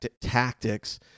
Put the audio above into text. tactics